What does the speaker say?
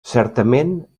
certament